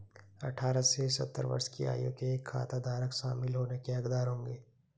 अठारह से सत्तर वर्ष की आयु के खाताधारक शामिल होने के हकदार होंगे